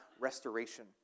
restoration